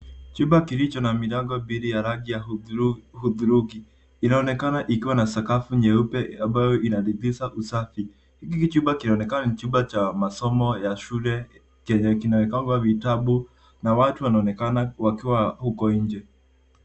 Chumba kilicho na milango mbili ya rangi ya hudhurungi inaonekana ikiwa na sakafu nyeupe ambayo inadhibitisha usafi. Hiki chumba inaonekana ni chumba cha masomo ya shule chenye kinaekangwa vitabu na watu wanaonekana wakiwa huko nje.